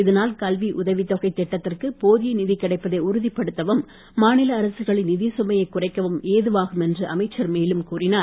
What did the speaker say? இதனால் கல்வி உதவித்தொகை திட்டத்திற்கு போதிய நிதி கிடைப்பதை உறுதிப்படுத்தவும் மாநில அரசுகளின் நிதிச்சுமையை குறைக்கவும் ஏதுவாகும் என்று அமைச்சர் மேலும் கூறினார்